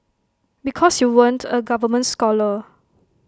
because you weren't A government scholar